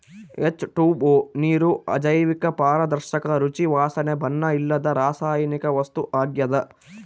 H two O ನೀರು ಅಜೈವಿಕ ಪಾರದರ್ಶಕ ರುಚಿ ವಾಸನೆ ಬಣ್ಣ ಇಲ್ಲದ ರಾಸಾಯನಿಕ ವಸ್ತು ಆಗ್ಯದ